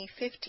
2015